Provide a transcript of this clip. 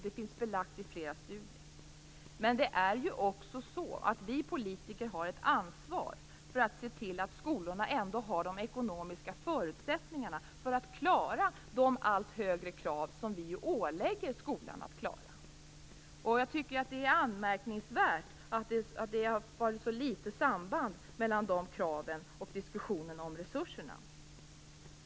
Det finns belagt i flera studier. Men vi politiker har ett ansvar för att se till att skolorna ändå har de ekonomiska förutsättningarna för att klara de allt högre krav som vi ålägger skolan att klara. Jag tycker att det är anmärkningsvärt att det har varit så litet samband mellan de kraven och diskussionen om resurserna.